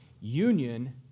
union